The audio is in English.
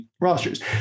rosters